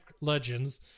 Legends